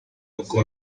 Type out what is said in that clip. boko